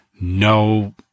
no